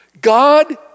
God